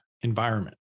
environment